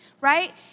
right